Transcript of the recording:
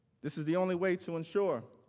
this is the only way to ensure,